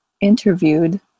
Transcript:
interviewed